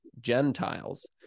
Gentiles